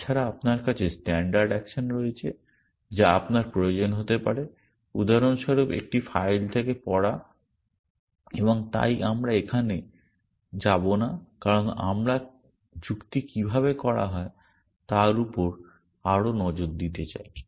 তা ছাড়া আপনার কাছে স্ট্যান্ডার্ড অ্যাকশন রয়েছে যা আপনার প্রয়োজন হতে পারে উদাহরণস্বরূপ একটি ফাইল থেকে পড়া এবং তাই আমরা এখানে যাব না কারণ আমরা যুক্তি কীভাবে করা হয় তার উপর আরও নজর দিতে চাই